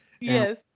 Yes